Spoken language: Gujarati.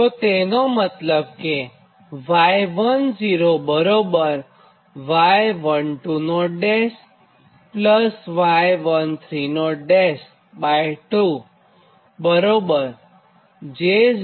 તો તેનો મતલબ કે y10y122 y132 j 0